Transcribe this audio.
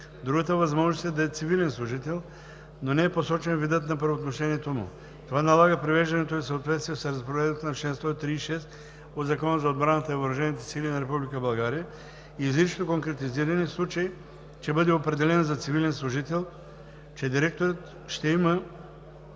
Другата възможност е да е цивилен служител, но не е посочен видът на правоотношението му. Това налага привеждането ѝ в съответствие с разпоредбата на чл. 136 от Закона за отбраната и въоръжените сили на Република България и изричното конкретизиране, в случай че бъде определена за цивилен служител, че директорът ще има